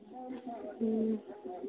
ᱦᱮᱸ